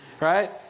Right